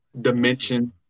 dimension